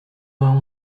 vingt